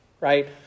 right